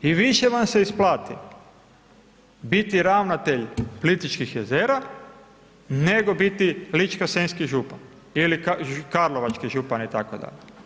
I više vam se isplati biti ravnatelj Plitvičkih jezera nego biti ličko-senjski župan ili karlovački župan itd.